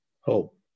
hope